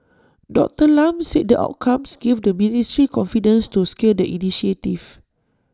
Doctor Lam said the outcomes gave the ministry confidence to scale the initiative